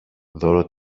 δώρο